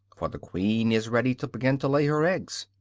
for the queen is ready to begin to lay her eggs.